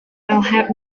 have